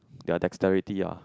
their dexterity ah